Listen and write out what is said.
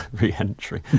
re-entry